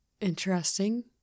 Interesting